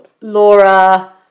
Laura